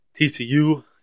TCU